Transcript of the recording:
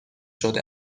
شده